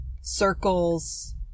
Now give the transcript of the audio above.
circles